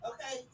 Okay